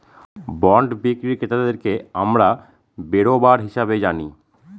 bond বিক্রি ক্রেতাদেরকে আমরা বেরোবার হিসাবে জানি